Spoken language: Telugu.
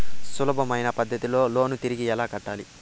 సులభమైన పద్ధతిలో లోను తిరిగి ఎలా కట్టాలి